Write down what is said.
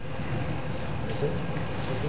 נבחרנו.